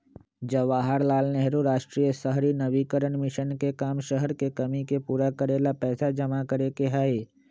जवाहर लाल नेहरू राष्ट्रीय शहरी नवीकरण मिशन के काम शहर के कमी के पूरा करे ला पैसा जमा करे के हई